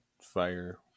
fire